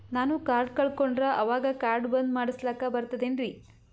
ನಾನು ಕಾರ್ಡ್ ಕಳಕೊಂಡರ ಅವಾಗ ಕಾರ್ಡ್ ಬಂದ್ ಮಾಡಸ್ಲಾಕ ಬರ್ತದೇನ್ರಿ?